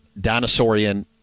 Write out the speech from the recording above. dinosaurian